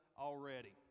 already